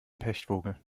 pechvogel